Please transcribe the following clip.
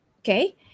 okay